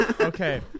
Okay